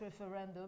referendum